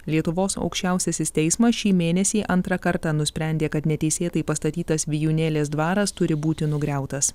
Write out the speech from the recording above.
lietuvos aukščiausiasis teismas šį mėnesį antrą kartą nusprendė kad neteisėtai pastatytas vijūnėlės dvaras turi būti nugriautas